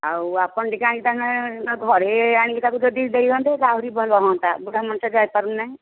ଆଉ ଆପଣ ଟିକେ ତାଙ୍କ ଘରେ ଆଣିକି ତାକୁ ଯଦି ଦେଇ ଦିଅନ୍ତେ ତ ଆହୁରି ଭଲ ହୁଅନ୍ତା ବୁଢ଼ା ମଣିଷଟେ ଯାଇପାରୁନାହିଁ